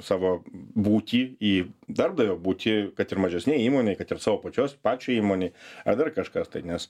savo būtį į darbdavio būtį kad ir mažesnėj įmonėj kad ir savo pačios pačiai įmonei ar dar kažkas tai nes